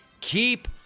keep